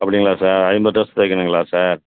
அப்படிங்களா சார் ஐம்பது ட்ரெஸ் தைக்கணுங்களா சார்